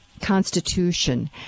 constitution